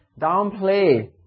downplay